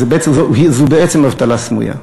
זו בעצם אבטלה סמויה.